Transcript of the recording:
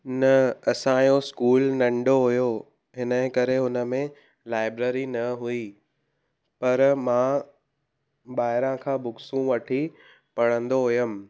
न असांजो इस्कूल नंढो हुयो हिन ई करे हुन में लाइब्रेरी न हुई पर मां ॿाहिरां खां बुक्सूं वठी पढ़ंदो हुयमि